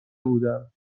بودم